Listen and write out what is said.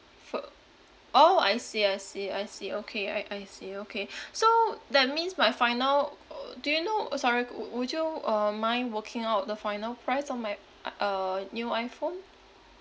f~ orh I see I see I see okay I I see okay so that means my final uh do you know uh sorry cou~ would would you uh mind working out the final price of my ah uh new iphone